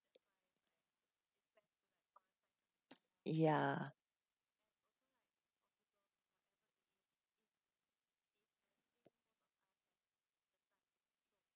ya